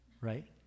right